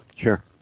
Sure